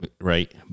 Right